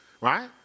right